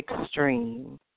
extreme